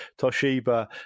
Toshiba